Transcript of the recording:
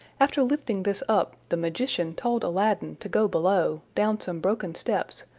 after lifting this up, the magician told aladdin to go below, down some broken steps,